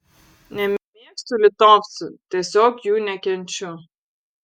nemėgstu litovcų tiesiog jų nekenčiu